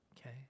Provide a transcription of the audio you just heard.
okay